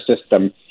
system